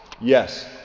Yes